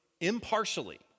impartially